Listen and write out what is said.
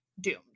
doomed